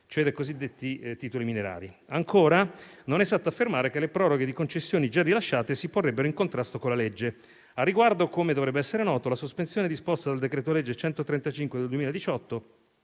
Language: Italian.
cioè ai cosiddetti titoli minerari. Ancora, non è esatto affermare che le proroghe di concessioni già rilasciate si porrebbero in contrasto con la legge. A riguardo, come dovrebbe essere noto, la sospensione disposta dal decreto-legge n. 135 del 2018